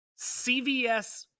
cvs